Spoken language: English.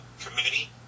committee